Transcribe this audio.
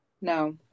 No